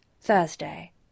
Thursday